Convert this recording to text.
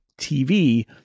TV